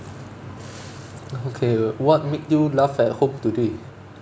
okay what made you laugh at home today